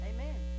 Amen